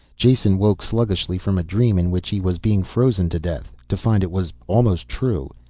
jason woke sluggishly from a dream in which he was being frozen to death, to find it was almost true.